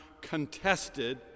contested